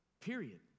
period